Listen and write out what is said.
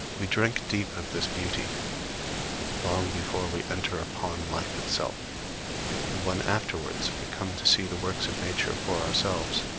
we drink deep of this beauty long before we enter upon life itself and when afterwards we come to see the works of nature for ourselves,